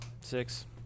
Six